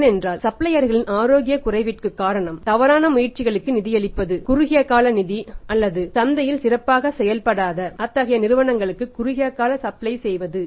ஏனென்றால் சப்ளையர்களின் ஆரோக்கிய குறைவிற்கு காரணம் தவறான முயற்சிகளுக்கு நிதியளிப்பது குறுகிய கால நிதி அல்லது சந்தையில் சிறப்பாக செயல்படாத அத்தகைய நிறுவனங்களுக்கு குறுகிய சப்ளை செய்வது